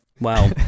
Wow